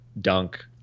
dunk